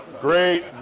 great